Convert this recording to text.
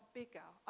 bigger